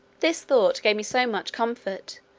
this thought gave me so much comfort,